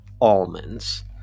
almonds